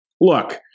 Look